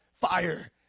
Fire